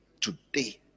today